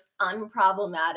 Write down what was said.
unproblematic